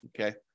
okay